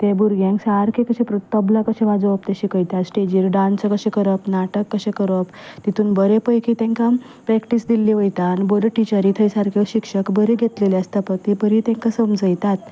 ते भुरग्यांक सारके अशे तबला कशे वाजोवप ते शिकयता स्टॅजीर डांस कशें करप नाटक कशें करप तितूंत बरें पैकी तांकां प्रॅक्टीस दिल्ली वयता आनी बऱ्यो टिचरी थंय सारक्यो शिक्षक बरे घेतलेले आसता ते परीं तांकां समजयतात